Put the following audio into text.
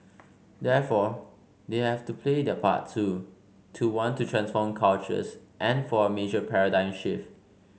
therefore they have to play their part too to want to transform cultures and for a major paradigm shift